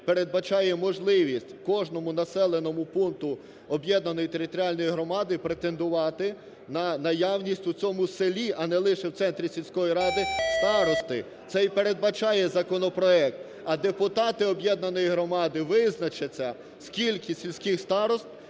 передбачає можливість кожному населеному пункту об'єднаної територіальної громади претендувати на наявність у цьому селі, а не лише в центрі сільської ради старости. Це й передбачає законопроект, а депутати об'єднаної громади визначаться скільки сільських старост,